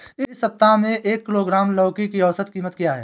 इस सप्ताह में एक किलोग्राम लौकी की औसत कीमत क्या है?